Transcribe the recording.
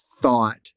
thought